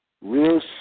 real